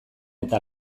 eta